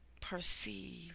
perceive